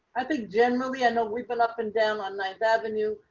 i think jen movie. i know we've been up and down on ninth avenue.